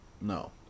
No